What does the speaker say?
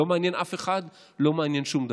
לא מעניין אף אחד, לא מעניין שום דבר.